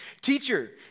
Teacher